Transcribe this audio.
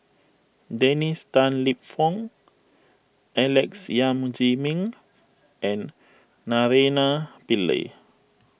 Dennis Tan Lip Fong Alex Yam Ziming and Naraina Pillai